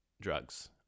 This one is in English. drugs